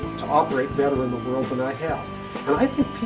to operate better in the world than i have and i think